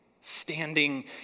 standing